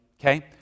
okay